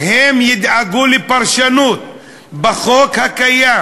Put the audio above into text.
הם ידאגו לפרשנות בחוק הקיים,